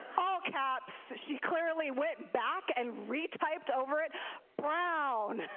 all caps, she clearly went back and retyped over it brown.